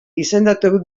izendatu